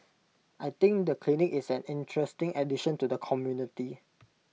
I think the clinic is an interesting addition to the community